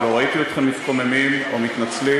ולא ראיתי אתכם מתקוממים או מתנצלים,